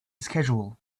schedule